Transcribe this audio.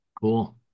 Cool